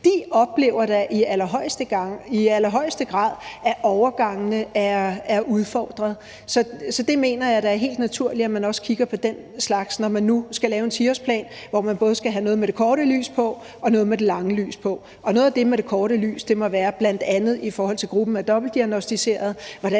De oplever da i allerhøjeste grad, at overgangene er udfordret. Så jeg mener da, at det er helt naturligt, at man også kigger på den slags, når man nu skal lave en 10-årsplan, hvor man både skal have noget med det korte lys på og noget med det lange lys på. Noget af det med det korte lys må være, hvordan vi i forhold til gruppen af diagnosticerede